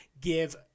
give